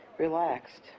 relaxed